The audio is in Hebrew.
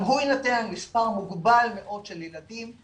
גם הוא יינתן על מספר מוגבל מאוד של ילדים.